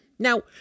Now